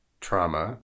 trauma